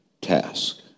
task